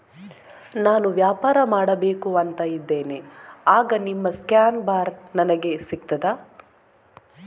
ನಾನು ವ್ಯಾಪಾರ ಮಾಡಬೇಕು ಅಂತ ಇದ್ದೇನೆ, ಆಗ ನಿಮ್ಮ ಸ್ಕ್ಯಾನ್ ಬಾರ್ ನನಗೆ ಸಿಗ್ತದಾ?